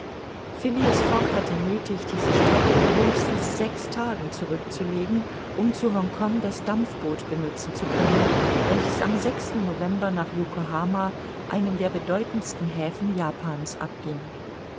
fogg hatte nöthig diese strecke in höchstens sechs tagen zurückzulegen um zu hongkong das dampfboot benutzen zu können welches am november nach yokohama einem der bedeutendsten häfen japans abging